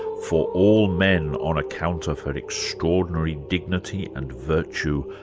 for all men on account of her extraordinary dignity and virtue,